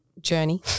Journey